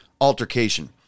altercation